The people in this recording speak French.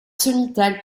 sommitale